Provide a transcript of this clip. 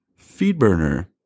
FeedBurner